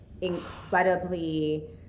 incredibly